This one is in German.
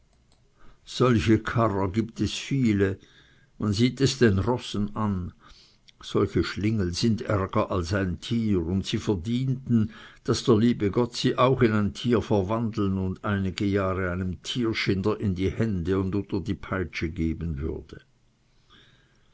solche karrer gibt es viele man sieht es den rossen an solche schlingel sind ärger als ein tier und sie verdienten daß der liebe gott sie auch in ein tier verwandeln und einige jahre einem tierschinder etwa einem vita in die hände und unter die peitsche geben würde